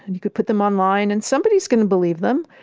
you could put them online and somebody is going to believe them.